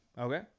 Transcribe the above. Okay